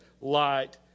light